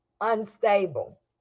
unstable